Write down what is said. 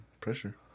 pressure